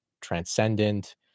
transcendent